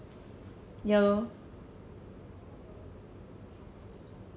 ya lor